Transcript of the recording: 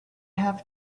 have